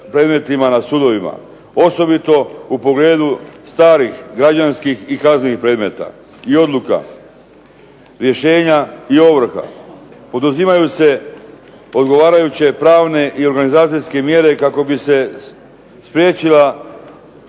predmetima na sudovima osobito u pogledu starih građanskih i kaznenih predmeta i odluka, rješenja i ovrha. Poduzimaju se odgovarajuće pravne i organizacijske mjere kako bi se spriječila